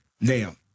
Now